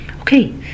Okay